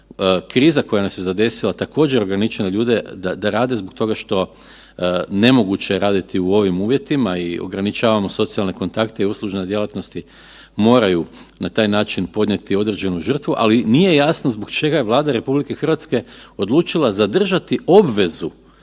Kriza koja nas je zadesila također je ograničila ljude da rade zbog toga što, nemoguće je raditi u ovim uvjetima i ograničavamo socijalne kontakte i uslužne djelatnosti moraju na taj način podnijeti određenu žrtvu, ali nije jasno zbog čega je Vlada RH odlučila zadržati obvezu